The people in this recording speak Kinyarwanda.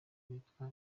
witwa